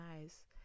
nice